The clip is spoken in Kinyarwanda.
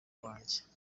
wanjye